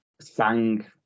Sang